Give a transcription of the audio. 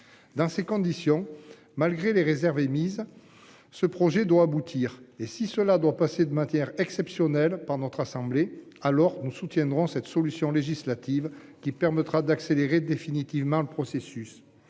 Dans ces conditions, malgré les réserves émises. Ce projet doit aboutir et si cela doit passer de matières exceptionnelle par notre assemblée alors nous soutiendrons cette solution législative qui permettra d'accélérer définitivement le processus